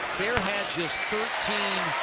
fair had just thirteen